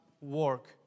work